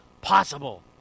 possible